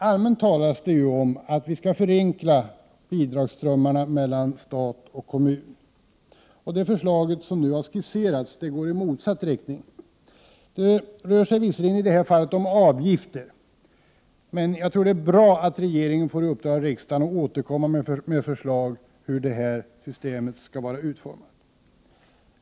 Allmänt talas det ofta om att vi skall förenkla bidragsströmmarna mellan stat och kommun. Det förslag som nu har skisserats går i motsatt riktning. Det rör sig visserligen i det här fallet om avgifter, men det är bra att regeringen får i uppdrag av riksdagen att återkomma med förslag till hur avgiftssystemet skall utformas.